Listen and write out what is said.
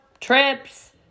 trips